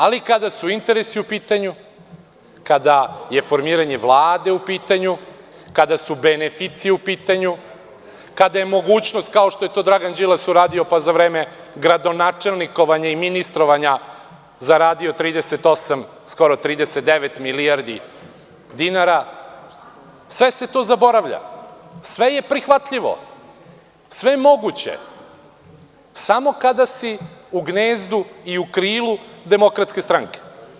Ali, kada su interesi u pitanju, kada je formiranje Vlade u pitanju, kada su beneficije u pitanju, kada je mogućnost kao što je to Dragan Đilas uradio pa za vreme „gradonačelnikovanja“ i „ministrovanja“ zaradio 38, skoro 39 milijardi dinara, sve se to zaboravlja, sve je prihvatljivo, sve je moguće, samo kada si u gnezdu i u krilu Demokratske stranke.